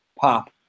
pop